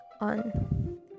on